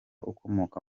ukomoka